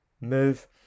move